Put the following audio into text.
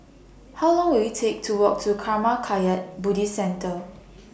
How Long Will IT Take to Walk to Karma Kagyud Buddhist Centre